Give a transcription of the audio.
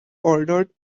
ordered